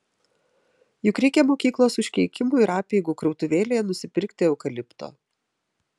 juk reikia mokyklos užkeikimų ir apeigų krautuvėlėje nusipirkti eukalipto